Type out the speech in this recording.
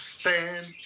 Stand